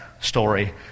story